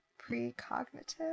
Precognitive